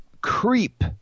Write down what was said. creep